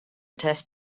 test